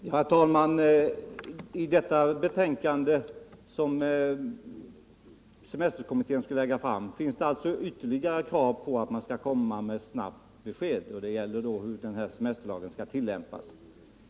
Herr talman! Det finns alltså krav på att semesterkommittén skall lämna snabbt besked när det gäller tillämpningen av semesterlagen.